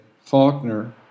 Faulkner